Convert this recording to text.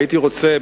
הייתי רוצה,